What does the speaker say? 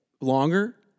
longer